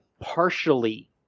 partially